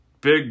big